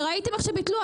ראיתם איך שביטלו.